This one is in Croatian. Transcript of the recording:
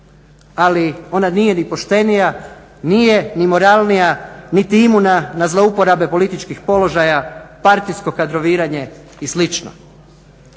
ali ona nije ni poštenija, nije ni moralnija niti imuna na zlouporabe političkih položaja, partijsko kadroviranje i